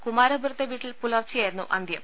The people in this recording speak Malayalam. കുമാരപുരത്തെ വീട്ടിൽ പുലർച്ചെയായിരുന്നു അന്ത്യം